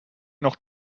noch